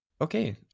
Okay